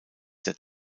der